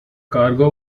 cargo